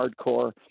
hardcore